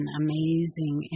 amazing